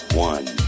one